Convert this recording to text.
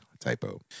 typo